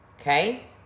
Okay